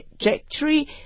trajectory